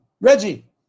Reggie